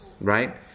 right